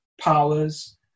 powers